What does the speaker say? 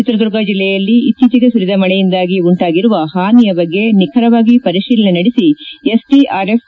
ಚಿತ್ರದುರ್ಗ ಜಿಲ್ಲೆಯಲ್ಲಿ ಇತ್ತೀಚೆಗೆ ಸುರಿದ ಮಳೆಯಿಂದಾಗಿ ಉಂಟಾಗಿರುವ ಹಾನಿಯ ಬಗ್ಗೆ ನಿಖರವಾಗಿ ಪರಿತೀಲನೆ ನಡೆಸಿ ಎಸ್ಡಿಆರ್ಎಫ್